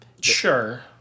Sure